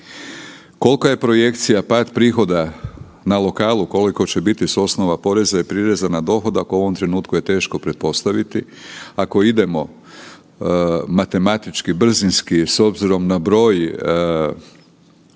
Kolika je projekcija pad prihoda na lokalu, koliko će biti s osnova poreza i prireza na dohodak u ovom trenutku je teško pretpostaviti. Ako idemo matematički brzinski s obzirom na broj